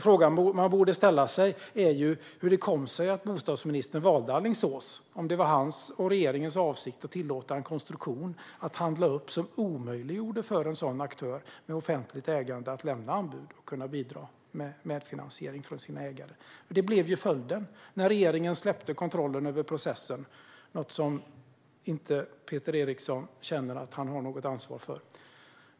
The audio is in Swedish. Frågan man borde ställa sig är: Hur kom det sig att bostadsministern valde Alingsås om det var hans och regeringens avsikt att tillåta en konstruktion att handla upp som omöjliggjorde för en aktör med offentligt ägande att lämna anbud och kunna bidra med medfinansiering från ägarna? Detta blev ju följden när regeringen släppte kontrollen över processen, något som Peter Eriksson inte känner att han har ansvar för.